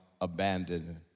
abandoned